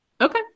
okay